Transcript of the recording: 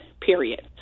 period